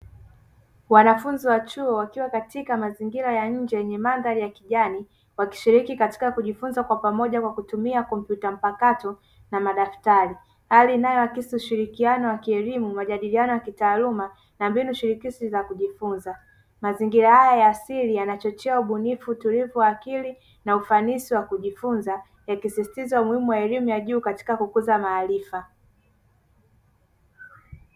Wanafunzi wa chuo wakiwa katika mazingira ya nje yenye mandhari ya kijani wakishiriki katika kujifunza kwa pamoja kwa kutumia kompyuta mpakato na madaftari. Hali inayoakisi ushirikiano wa kielimu, majadiliano ya kitaaluma na mbinu shirikishi za kujifunza. Mazingira haya ya asili yanachochea ubunifu, utulivu wa akili na ufanisi wa kujifunza, yakisisitiza umuhimu wa elimu ya juu katika kukuza maarifa.